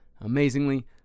Amazingly